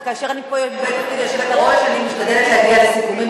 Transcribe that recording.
וכאשר אני פה בתפקיד היושבת-ראש אני משתדלת להגיע לסיכומים,